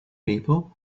people